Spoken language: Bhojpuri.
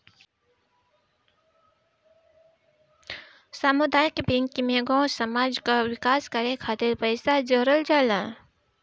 सामुदायिक बैंक में गांव समाज कअ विकास करे खातिर पईसा जोड़ल जाला